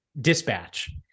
dispatch